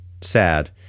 sad